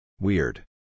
Weird